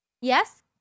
Yes